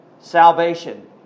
Salvation